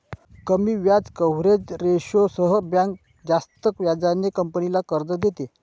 कमी व्याज कव्हरेज रेशोसह बँक जास्त व्याजाने कंपनीला कर्ज देते